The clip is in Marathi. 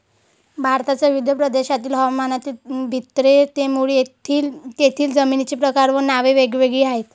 भारताच्या विविध प्रदेशांतील हवामानातील भिन्नतेमुळे तेथील जमिनींचे प्रकार व नावे वेगवेगळी आहेत